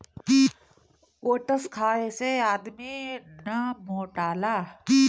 oats खाए से आदमी ना मोटाला